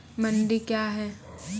मंडी क्या हैं?